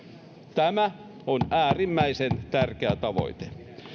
tämä on äärimmäisen tärkeä tavoite